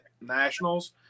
nationals